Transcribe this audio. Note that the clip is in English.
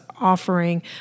offering